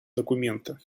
документа